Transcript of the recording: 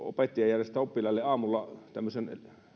opettaja järjestää oppilaille aamulla tämmöisen